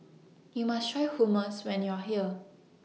YOU must Try Hummus when YOU Are here